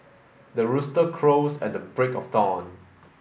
the rooster crows at the break of dawn